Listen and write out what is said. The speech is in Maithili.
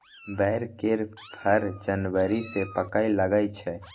बैर केर फर जनबरी सँ पाकय लगै छै